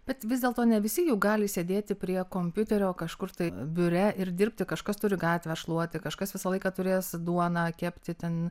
bet vis dėlto ne visi juk gali sėdėti prie kompiuterio kažkur tai biure ir dirbti kažkas turi gatvę šluoti kažkas visą laiką turės duoną kepti ten